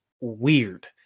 weird